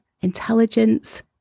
intelligence